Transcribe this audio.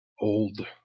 old